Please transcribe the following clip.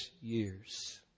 years